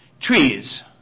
trees